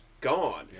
gone